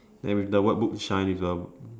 then with the word boot shine with a